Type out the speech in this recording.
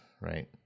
right